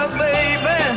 baby